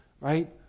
right